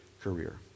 career